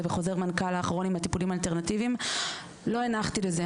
עם חוזרי מנכ"ל האחרונים על הטיפולים האלטרנטיביים - לא הנחתי לזה.